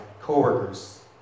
coworkers